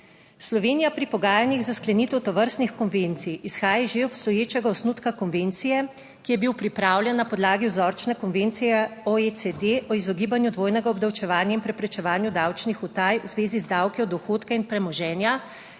Slovenija pri pogajanjih za sklenitev tovrstnih konvencij izhaja iz že obstoječega osnutka konvencije, ki je bil pripravljen na podlagi vzorčne konvencije o OECD 69. TRAK: (TB) - 15.05 (nadaljevanje) o izogibanju dvojnega obdavčevanja in preprečevanju davčnih utaj v zvezi z davki od dohodka in premoženja